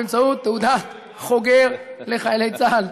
הצבעה באמצעות תעודת חוגר לחיילי צה"ל.